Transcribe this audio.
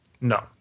No